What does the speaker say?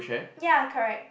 ya correct